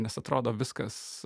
nes atrodo viskas